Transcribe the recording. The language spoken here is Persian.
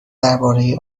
درباره